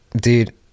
dude